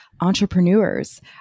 entrepreneurs